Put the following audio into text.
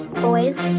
boys